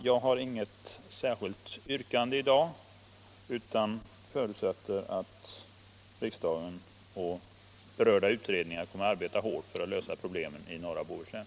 Jag har inget särskilt yrkande i dag utan förutsätter att riksdagen och berörda utredningar kommer att arbeta hårt för att lösa problemen i norra Bohuslän.